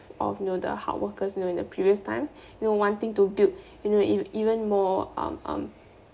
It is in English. of you know the hard workers you know in the previous times you know one thing to build you know even more um um